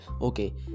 okay